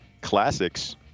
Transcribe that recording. classics